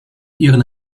ihren